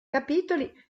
capitoli